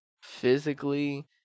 Physically